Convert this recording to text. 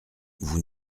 vous